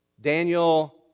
Daniel